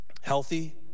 Healthy